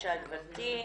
בבקשה גבירתי.